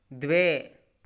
द्वे